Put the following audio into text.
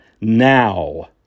now